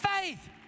faith